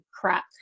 crap